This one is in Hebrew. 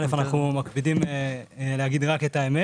א', אנחנו מקפידים להגיד רק את האמת.